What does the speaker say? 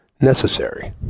necessary